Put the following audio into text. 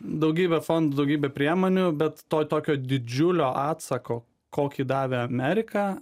daugybė fondų daugybė priemonių bet to tokio didžiulio atsako kokį davė amerika